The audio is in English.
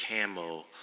camo